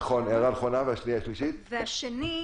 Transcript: נכון,